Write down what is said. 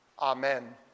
Amen